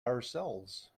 ourselves